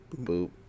boop